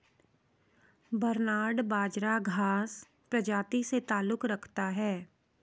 barnyard बाजरा घांस प्रजाति से ताल्लुक रखता है